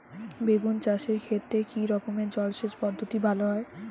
বেগুন চাষের ক্ষেত্রে কি রকমের জলসেচ পদ্ধতি ভালো হয়?